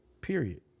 Period